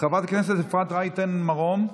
חברת הכנסת אפרת רייטן מרום,